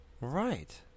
Right